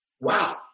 Wow